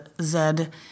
Zed